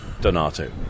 Donato